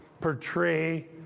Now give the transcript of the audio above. portray